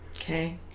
Okay